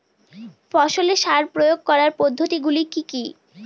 ফসলে সার প্রয়োগ করার পদ্ধতি গুলি কি কী?